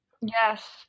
yes